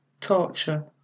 torture